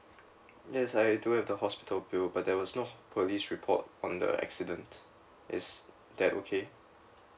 yes I do have the hospital bill but there was no police report on the accident is that okay